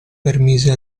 permise